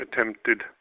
attempted